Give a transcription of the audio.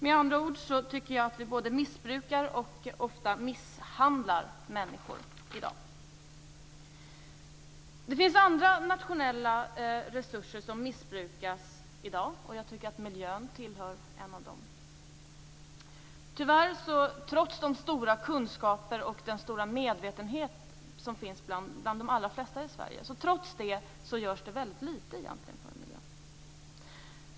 Med andra ord tycker jag att vi både missbrukar och ofta misshandlar människor i dag. Det finns andra nationella resurser som missbrukas i dag. Jag tycker att miljön är en av dem. Trots de stora kunskaper och den stora medvetenhet som finns bland de allra flesta i Sverige görs det tyvärr väldigt litet för miljön egentligen.